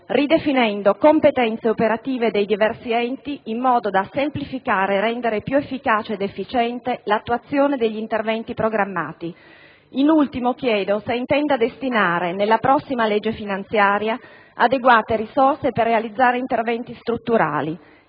ridefinendo le competenze operative dei diversi enti, in modo da semplificare e rendere più efficace ed efficiente l'attuazione degli interventi programmati. Chiedo, infine, se intenda destinare nella prossima legge finanziaria adeguate risorse per realizzare interventi strutturali